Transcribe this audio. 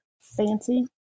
fancy